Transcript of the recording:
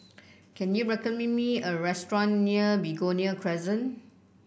can you recommend me a restaurant near Begonia Crescent